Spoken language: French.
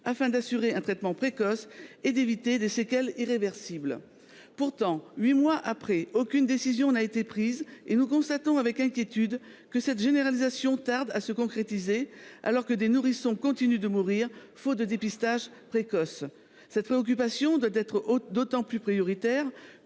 afin d’assurer un traitement précoce et d’éviter des séquelles irréversibles. Pourtant, huit mois après cet avis, aucune décision n’a été prise, et nous constatons avec inquiétude que cette généralisation tarde à se concrétiser, alors que des nourrissons continuent de mourir faute de dépistage précoce. Cette préoccupation doit être d’autant plus prioritaire